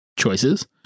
choices